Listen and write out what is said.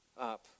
up